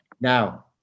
Now